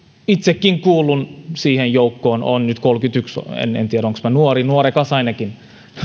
itsekin kuulun siihen joukkoon olen nyt kolmekymmentäyksi tai en minä tiedä olenko minä nuori nuorekas ainakin